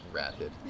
rapid